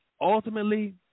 ultimately